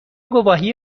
گواهی